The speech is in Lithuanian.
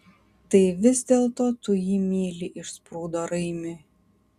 tai vis dėlto tu jį myli išsprūdo raimiui